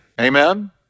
Amen